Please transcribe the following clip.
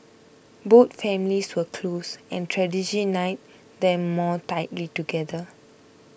both families were close and tragedy knit them more tightly together